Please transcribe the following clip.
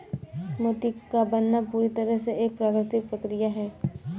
मोती का बनना पूरी तरह से एक प्राकृतिक प्रकिया है